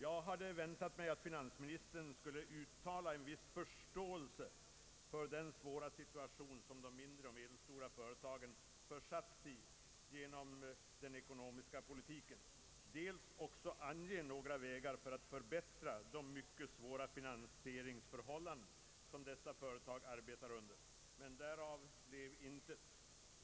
Jag hade väntat mig att finansministern skulle uttala en viss förståelse för den svåra situation i vilken de mindre och medelstora företagen försatts genom den ekonomiska politiken och att han skulle ange några vägar för att förbättra de mycket svåra finansieringsförhållanden som dessa företag arbetar under, men därav blev intet.